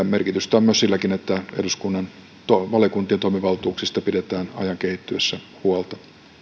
merkitystä on myös silläkin että eduskunnan valiokuntien toimivaltuuksista pidetään ajan kehittyessä huolta